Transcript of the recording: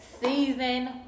season